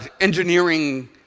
engineering